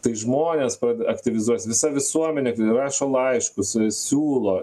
tai žmonės prade aktyvizuojasi visa visuomenė ten rašo laiškus siūlo